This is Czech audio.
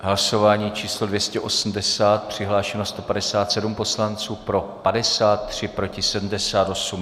Hlasování číslo 280, přihlášeno 157 poslanců, pro 53, proti 78.